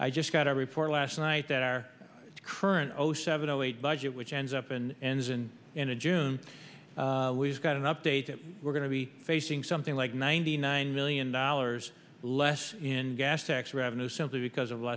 i just got a report last night that our current zero seven zero eight budget which ends up in engine in a june we've got an update that we're going to be facing something like ninety nine million dollars less in gas tax revenue simply because of la